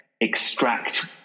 extract